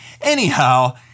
Anyhow